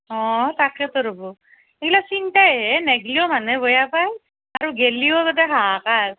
অ তাকেতো ৰ'ব সেইবিলাক চিন্তাহে নাহিলেও মানুহে বেয়া পায় আৰু গ'লেও গোটেই হাহাকাৰ